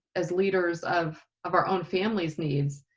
as leaders of of our own families needs,